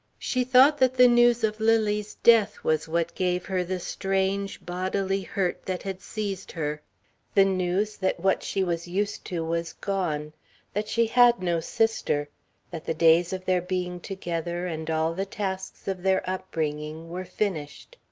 she thought that the news of lily's death was what gave her the strange, bodily hurt that had seized her the news that what she was used to was gone that she had no sister that the days of their being together and all the tasks of their upbringing were finished.